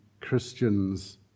Christians